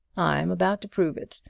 i am about to prove it.